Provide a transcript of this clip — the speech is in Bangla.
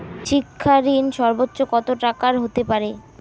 শিক্ষা ঋণ সর্বোচ্চ কত টাকার হতে পারে?